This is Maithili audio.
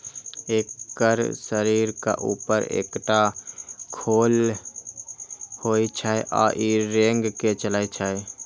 एकर शरीरक ऊपर एकटा खोल होइ छै आ ई रेंग के चलै छै